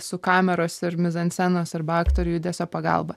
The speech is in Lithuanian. su kameros ir mizanscenos arba aktorių judesio pagalba